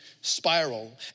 spiral